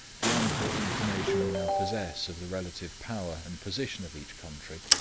the ample information we now possess of the relative power and position of each country,